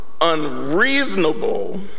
unreasonable